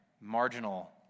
marginal